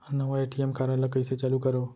नवा ATM card ल कइसे चालू करव?